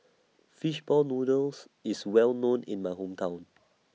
Fishball Noodles IS Well known in My Hometown